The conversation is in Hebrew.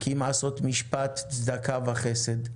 כי אם עשות משפט צדקה חסד,